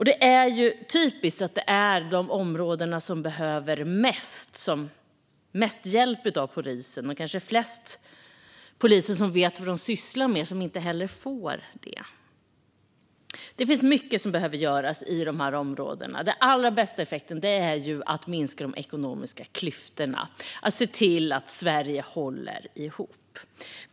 Det är typiskt att det är de områden som behöver mest hjälp av polisen och kanske flest poliser som vet vad de sysslar med som inte heller får det. Det finns mycket som behöver göras i dessa områden. Den allra bästa effekten får man av att minska de ekonomiska klyftorna och se till att Sverige håller ihop.